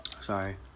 sorry